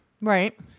right